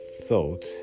thought